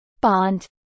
bond